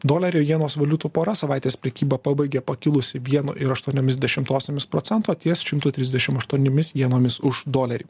dolerio jienos valiutų pora savaitės prekybą pabaigė pakilusi vienu ir aštuoniomis dešimtosiomis procento ties šimtu trisdešim aštuoniomis jienomis už dolerį